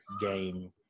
game